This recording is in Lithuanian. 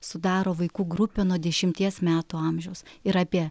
sudaro vaikų grupė nuo dešimties metų amžiaus ir apie